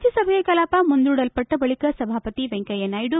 ರಾಜ್ಙಸಭೆ ಕಲಾಪ ಮುಂದೂಡಲ್ಪಟ್ಟ ಬಳಿಕ ಸಭಾಪತಿ ವೆಂಕಯ್ಯ ನಾಯ್ವು